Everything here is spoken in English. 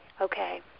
Okay